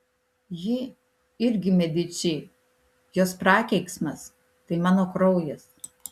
ji irgi mediči jos prakeiksmas tai mano kraujas